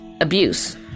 abuse